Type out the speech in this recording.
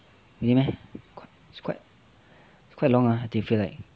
really meh quite it's quite it's quite long ah do you feel like